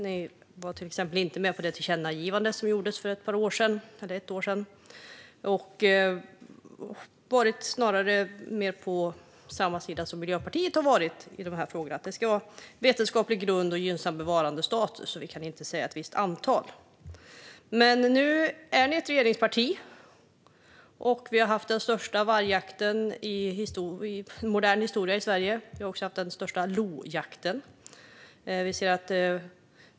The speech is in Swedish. Ni var till exempel inte med på det tillkännagivande som gjordes för ett år sedan. Ni har snarare varit på samma sida som Miljöpartiet i de här frågorna, alltså att det ska handla om vetenskaplig grund och gynnsam bevarandestatus samt att vi inte kan säga ett visst antal. Nu är ni dock ett regeringsparti, och vi har haft den största vargjakten i modern historia i Sverige och också den största lojakten.